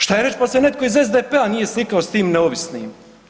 Šta je reć pa se netko iz SDP-a nije slikao s tim neovisnim.